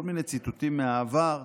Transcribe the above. כל מיני ציטוטים מהעבר.